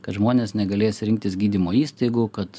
kad žmonės negalės rinktis gydymo įstaigų kad